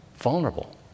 vulnerable